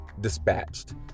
dispatched